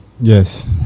Yes